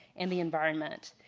and the environment.